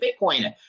Bitcoin